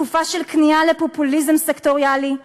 תקופה של כניעה לפופוליזם סקטוריאלי,